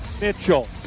Mitchell